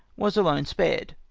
was alone spared.